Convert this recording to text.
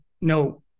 no